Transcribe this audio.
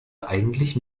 eigentlich